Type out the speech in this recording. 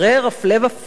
הפלא ופלא,